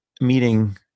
meeting